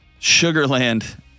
Sugarland